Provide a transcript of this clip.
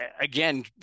Again